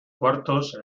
cuartos